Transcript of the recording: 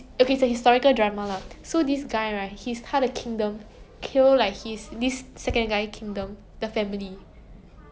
so I I watch this show right in my mind I will 就在想 lah like korean drama confirm will not have this one korean drama ensure like some happy ending one then like